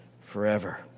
forever